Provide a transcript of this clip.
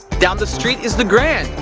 down the street is the grand.